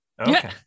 Okay